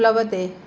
प्लवते